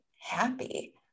happy